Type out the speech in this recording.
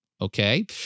Okay